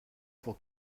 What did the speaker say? pour